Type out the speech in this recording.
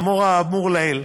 לאור האמור לעיל,